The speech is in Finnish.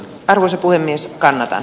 arvoisa puhemies karen